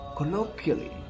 Colloquially